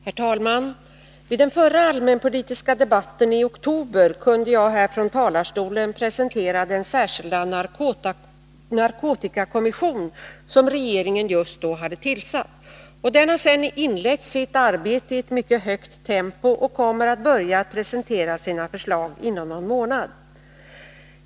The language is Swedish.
Herr talman! Vid den förra allmänpolitiska debatten i oktober kunde jag här från talarstolen presentera den särskilda narkotikakommission som regeringen just hade tillsatt. Den har sedan inlett sitt arbete i ett mycket högt tempo och kommer att börja presentera sina förslag inom någon månad.